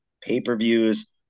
pay-per-views